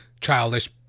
childish